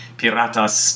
piratas